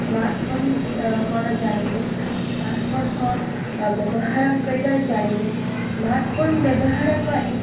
smartphone କ'ଣ ଜାଣିଲେ smartphone କ'ଣ ବ୍ୟବହାର କରିବା ଜାଣିଲେ ସ୍ମାର୍ଟ୍ଫୋନ୍ ବ୍ୟବହାର କରି